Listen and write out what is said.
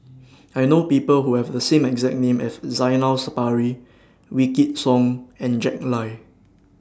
I know People Who Have The same exact name as Zainal Sapari Wykidd Song and Jack Lai